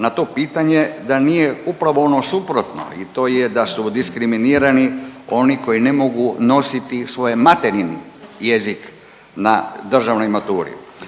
na to pitanje da nije upravo ono suprotno, a to je da su diskriminirani oni koji ne mogu nositi svoj materinji jezik na državnoj maturi.